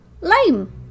Lame